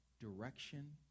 direction